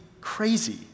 crazy